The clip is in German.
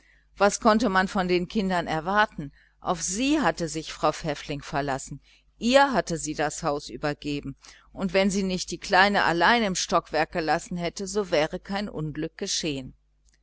was konnte man von kindern erwarten auf sie hatte sich frau pfäffling verlassen ihr hatte sie das haus übergeben und wenn sie nicht die kleine allein im stockwerk gelassen hätte so wäre kein unglück geschehen